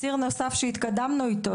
ציר נוסף שהתקדמנו אתו,